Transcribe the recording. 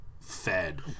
fed